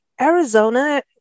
Arizona